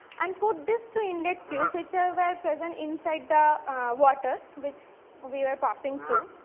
and put this to inlet tube which are were present inside the water which we are passing through